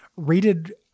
rated